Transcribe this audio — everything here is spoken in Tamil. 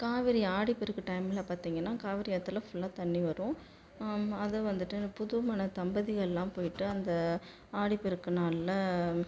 காவரி ஆடிப்பெருக்கு டைம்ல பார்த்திங்கன்னா காவரி ஆற்றுல ஃபுல்லாக தண்ணி வரும் அதை வந்துவிட்டு புதுமண தம்பதிகள்லாம் போய்விட்டு அந்த ஆடி பெருக்கு நாளில்